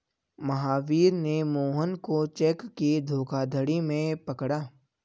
महावीर ने मोहन को चेक के धोखाधड़ी में पकड़ा